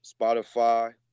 Spotify